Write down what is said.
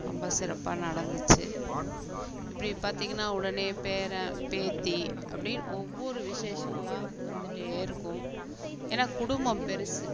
ரொம்ப சிறப்பாக நடந்துச்சு இப்படி பார்த்தீங்கன்னா உடனே பேரன் பேத்தி அப்படின் ஒவ்வொரு விசேஷங்களாக வந்துகிட்டே இருக்கும் ஏன்னா குடும்பம் பெருசு